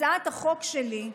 הצעת החוק שלי,